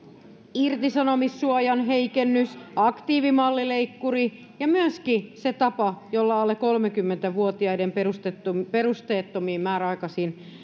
irtisanomissuojan heikennys aktiivimallileikkuri ja myöskin se tapa jolla alle kolmekymmentä vuotiaiden perusteettomien perusteettomien määräaikaisten